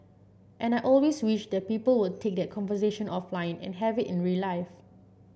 and I always wish that people would take that conversation offline and have it in real life